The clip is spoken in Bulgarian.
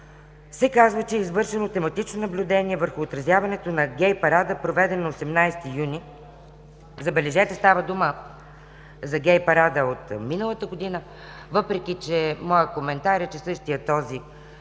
се казва, че е „извършено тематично наблюдение върху отразяването на гей парада, проведен на 18 юни“. Забележете, става дума за гей парада от миналата година, въпреки че моят коментар, че същият този